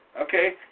Okay